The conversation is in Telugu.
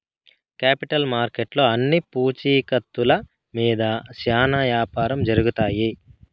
కేపిటల్ మార్కెట్లో అన్ని పూచీకత్తుల మీద శ్యానా యాపారం జరుగుతాయి